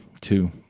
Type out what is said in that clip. Two